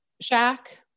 Shack